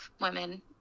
women